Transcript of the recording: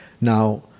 Now